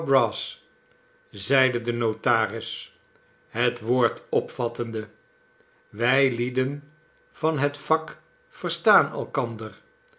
brass zeide de notaris het woord opvattende wij lieden van het vak verstaan elkander